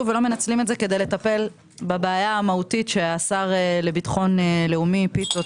ולא מנצלים את זה כדי לטפל בבעיה המהותית שהשר לביטחון לאומי פיתות,